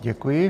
Děkuji.